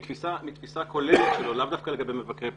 מתפיסה כוללת שלו, לאו דווקא לגבי מבקרי פנים,